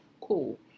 cool